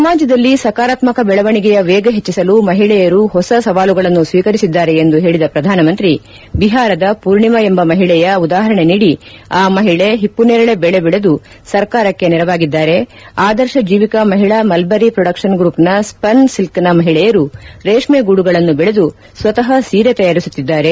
ಸಮಾಜದಲ್ಲಿ ಸಕಾರಾತ್ಮಕ ಬೆಳವಣಿಗೆಯ ವೇಗ ಹೆಚ್ಚಿಸಲು ಮಹಿಳೆಯರು ಹೊಸ ಸವಾಲುಗಳನ್ನು ಸ್ವೀಕರಿಸಿದ್ದಾರೆ ಎಂದು ಹೇಳಿದ ಪ್ರಧಾನಮಂತ್ರಿ ಬಿಹಾರದ ಪೂರ್ಣಿಮಾ ಎಂಬ ಮಹಿಳೆಯ ಉದಾಹರಣೆ ನೀದಿ ಆ ಮಹಿಳೆ ಹಿಪ್ಪುನೇರಳೆ ಬೆಳೆದು ಸರ್ಕಾರಕ್ಕೆ ನೆರವಾಗಿದ್ದಾರೆ ಆದರ್ಶ ಜೀವಿಕಾ ಮಹಿಳಾ ಮಲ್ಬರಿ ಪ್ರೊದಕ್ಷನ್ ಗ್ರೂಪ್ನ ಸ್ಪನ್ ಸಿಲ್ಕ್ನ ಮಹಿಳೆಯರು ರೇಷ್ಮೆ ಗೂಡುಗಳನ್ನು ಬೆಳೆದು ಸ್ವತಃ ಸೀರೆ ತಯಾರಿಸುತ್ತಿದ್ದಾರೆ